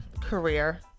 career